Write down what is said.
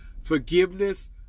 Forgiveness